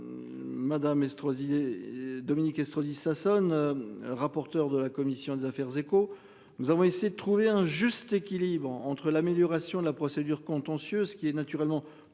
et et. Dominique Estrosi Sassone. Rapporteur de la commission des affaires écho. Nous avons essayé de trouver un juste équilibre entre l'amélioration de la procédure contentieuse, qui est naturellement trop